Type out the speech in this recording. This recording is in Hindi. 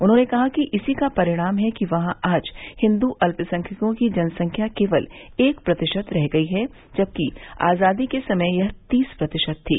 उन्होंने कहा कि इसी का परिणाम है कि वहां आज हिन्दू अल्पसंख्यकों की जनसंख्या केवल एक प्रतिशत रह गयी है जबकि आजादी के समय यह तीस प्रतिशत थी